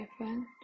different